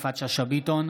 יפעת שאשא ביטון,